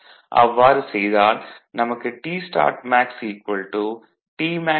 அவ்வாறு செய்தால் நமக்கு Tstart T 3ωs 0